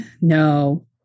No